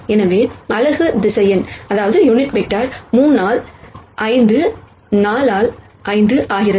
எனவே unit vector 3 ஆல் 5 4 ஆல் 5 ஆகிறது